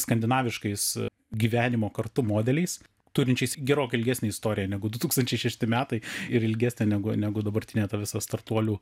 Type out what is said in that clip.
skandinaviškais gyvenimo kartu modeliais turinčiais gerokai ilgesnę istoriją negu du tūkstančiai šešti metai ir ilgesnė negu negu dabartinė ta visa startuolių